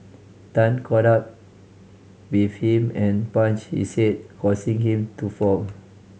Tan caught up with him and punched his head causing him to fall